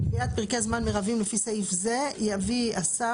בקביעת פרקי זמן מרביים לפי סעיף זה יביא השר